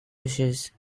wishes